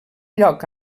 lloc